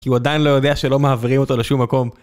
כי הוא עדיין לא יודע שלא מעבירים אותו לשום מקום.